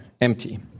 empty